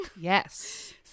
Yes